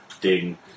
ding